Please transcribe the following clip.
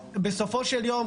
בסופו של יום,